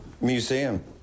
museum